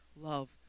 love